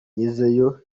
ngezeyo